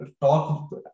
talk